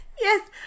Yes